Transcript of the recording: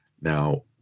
Now